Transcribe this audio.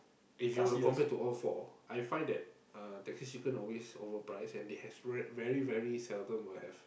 if you were to compare to all four I find that uh Texas chicken always overprice and they have very very seldom will have